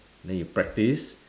then you practise